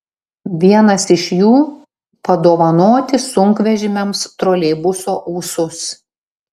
vienas iš jų padovanoti sunkvežimiams troleibuso ūsus